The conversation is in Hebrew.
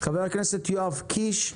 חבר הכנסת יואב קיש,